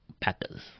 Packers